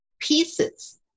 pieces